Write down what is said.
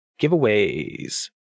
giveaways